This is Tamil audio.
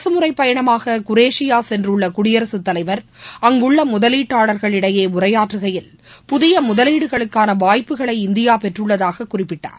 அரசுமுறைபயணமாககுரேஷியாசென்றுள்ளகுடியரசுத்தலைவர் அங்குள்ளமுதலீட்டாளர்களிடையேஉரையாற்றுகையில் புதியமுதலீடுகளுக்கானவாய்ப்புகளை இந்தியாபெற்றுள்ளதாககுறிப்பிட்டார்